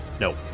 Nope